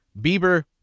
Bieber